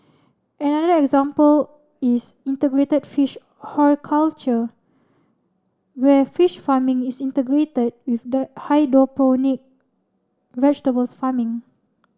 another example is integrated fish horticulture where fish farming is integrated with the hydroponic vegetable farming